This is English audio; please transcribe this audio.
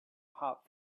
hot